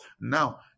Now